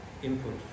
input